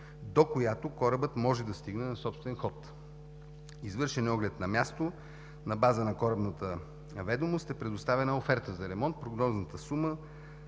до която корабът може да стигне на собствен ход. Извършен е оглед на място. На база на корабната ведомост е предоставена оферта за ремонт. Прогнозната сума